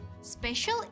special